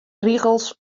rigels